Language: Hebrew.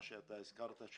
מה שאתה הזכרת,